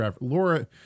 Laura